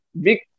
big